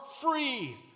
free